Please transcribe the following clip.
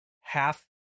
half